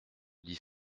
dix